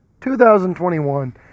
2021